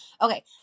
okay